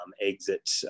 exit